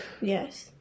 Yes